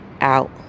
out